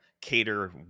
cater